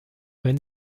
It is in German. wenn